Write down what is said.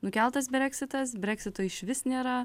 nukeltas breksitas breksito išvis nėra